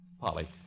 Polly